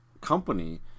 company